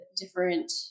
different